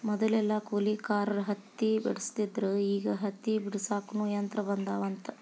ಮದಲೆಲ್ಲಾ ಕೂಲಿಕಾರರ ಹತ್ತಿ ಬೆಡಸ್ತಿದ್ರ ಈಗ ಹತ್ತಿ ಬಿಡಸಾಕುನು ಯಂತ್ರ ಬಂದಾವಂತ